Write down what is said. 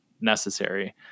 necessary